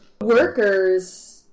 workers